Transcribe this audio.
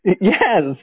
yes